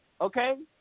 okay